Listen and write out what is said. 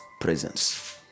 presence